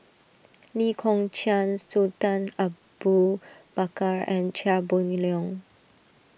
Lee Kong Chian Sultan Abu Bakar and Chia Boon Leong